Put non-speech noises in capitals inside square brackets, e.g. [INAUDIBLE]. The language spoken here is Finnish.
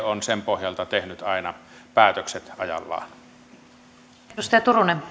[UNINTELLIGIBLE] on niiden pohjalta tehnyt aina päätökset ajallaan arvoisa